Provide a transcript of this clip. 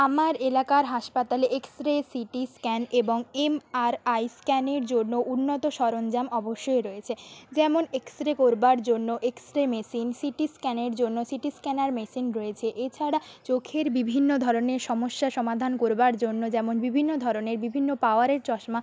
আমার এলাকার হাসপাতালে এক্স রে সিটি স্ক্যান এবং এমআরআই স্ক্যানের জন্য উন্নত সরঞ্জাম অবশ্যই রয়েছে যেমন এক্স রে করবার জন্য এক্স রে মেশিন সিটি স্ক্যানের জন্য সিটি স্ক্যানার মেশিন রয়েছে এছাড়া চোখের বিভিন্ন ধরনের সমস্যা সমাধান করবার জন্য যেমন বিভিন্ন ধরনের বিভিন্ন পাওয়ারের চশমা